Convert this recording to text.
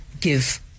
give